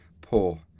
Poor